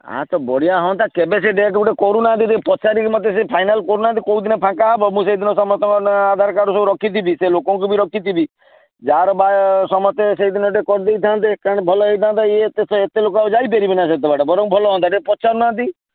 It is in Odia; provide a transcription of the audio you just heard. ତ ବଢ଼ିଆ ହୁଅନ୍ତା କେବେ ସେ ଡେଟ୍ ଗୋଟେ କରୁନାହାନ୍ତି ପଚାରିକି ମୋତେ ସେ ଫାଇନାଲ୍ କରୁନାହାନ୍ତି କେଉଁଦିନ ଫାଙ୍କା ହେବ ମୁଁ ସେଇ ଦିନ ସମସ୍ତଙ୍କ ଆଧାର କାର୍ଡ଼ ସବୁ ରଖିଥିବି ସେ ଲୋକକୁ ବି ରଖିଥିବି ଯାହାର ବା ସମସ୍ତେ ସେଇ ଦିନ ଗୋଟେ କରିଦେଇଥାନ୍ତେ କାରଣ ଭଲ ହେଇଥାନ୍ତା ଇଏ ଏତେ ସେ ଏତେ ଲୋକ ଆଉ ଯାଇ ପାରିବେନା ସେତେ ବାଟ ବରଂ ଭଲ ହୁଅନ୍ତା ଟିକିଏ ପଚାରୁନାହାନ୍ତି